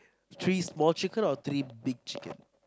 three small chicken or three big chicken